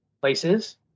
places